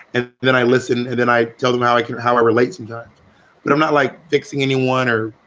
and then i listen. and then i tell them how i can how i relate. sometimes but i'm not like fixing any one or,